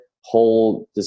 whole